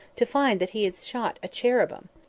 to find that he had shot a cherubim!